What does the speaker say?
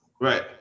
Right